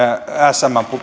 smn